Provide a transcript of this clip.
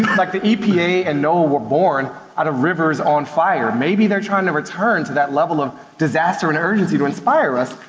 like the epa and noaa were born out of rivers on fire. maybe they're trying to return to that level of disaster and urgency to inspire us.